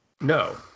No